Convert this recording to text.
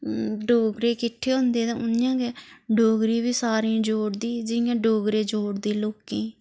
डोगरे किट्ठे होंदे तां उ'यां गै डोगरी बी सारें जोड़दी जियां डोगरे जोड़दे लोकें ई